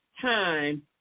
time